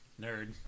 Nerd